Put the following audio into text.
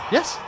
Yes